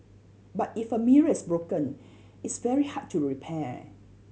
but if a mirror is broken it's very hard to repair